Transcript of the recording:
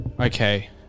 Okay